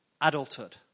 adulthood